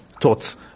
thoughts